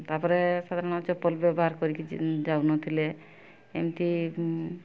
ତା'ପରେ ସାଧାରଣ ଚପଲ ବ୍ୟବହାର କରିକି ଯାଉନଥିଲେ ଏମିତି